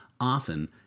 often